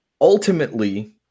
ultimately